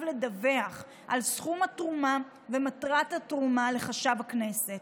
לדווח על סכום התרומה ומטרת התרומה לחשב הכנסת.